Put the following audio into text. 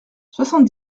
soixante